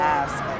ask